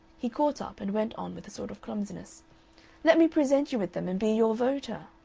he caught up and went on with a sort of clumsiness let me present you with them and be your voter.